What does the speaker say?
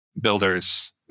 Builders